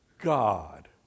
God